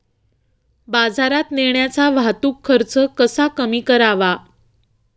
बाजारात नेण्याचा वाहतूक खर्च कसा कमी करावा?